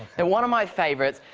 they're one of my favorites.